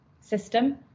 system